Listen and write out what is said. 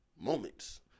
moments